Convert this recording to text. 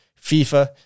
FIFA